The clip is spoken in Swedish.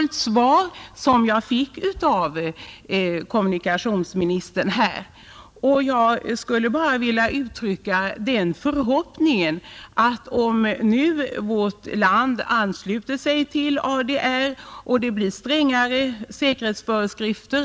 Det svar jag fick av kommunikationsministern var hoppfullt. Jag skulle vilja uttrycka den förhoppningen att vårt land nu ansluter sig till ADR, varigenom vi får fram strängare säkerhetsföreskrifter.